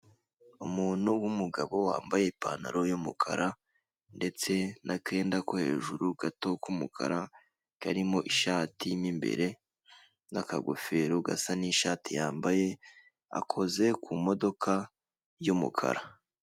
Umuntu w'umugabo wambaye ipantaro y'umukara ndetse n'akenda ko hejuru gato k'umukara karimo ishati mo imbere n'akagofero gasa n'ishati yambaye akoze ku modoka y'umukara.